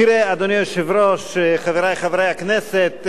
תראה, אדוני היושב-ראש, חברי חברי הכנסת,